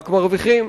רק מרוויחים.